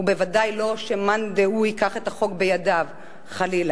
ובוודאי לא שמאן דהוא ייקח את החוק בידיו חלילה.